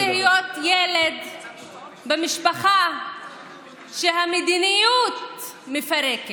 במשפחה שהמדיניות מפרקת,